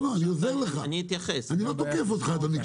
אני עוזר לך, אני לא תוקף אותך, אדוני.